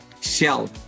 Shell